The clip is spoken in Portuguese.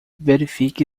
verifique